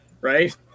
right